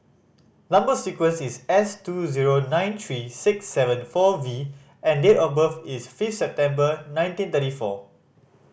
number sequence is S two zero nine three six seven four V and date of birth is fifth September nineteen thirty four